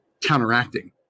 counteracting